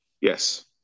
Yes